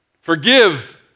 Forgive